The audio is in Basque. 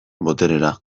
boterera